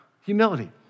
humility